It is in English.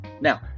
Now